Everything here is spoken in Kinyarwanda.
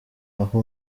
aho